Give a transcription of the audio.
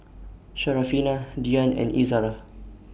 Syarafina Dian and Izara